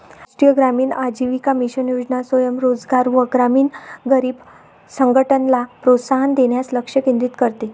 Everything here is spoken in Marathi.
राष्ट्रीय ग्रामीण आजीविका मिशन योजना स्वयं रोजगार व ग्रामीण गरीब संघटनला प्रोत्साहन देण्यास लक्ष केंद्रित करते